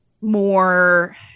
more –